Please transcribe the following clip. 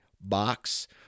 box